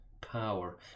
power